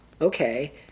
okay